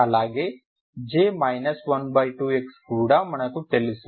అలాగే J 12x కూడా మనకు తెలుసు